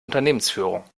unternehmensführung